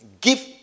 Give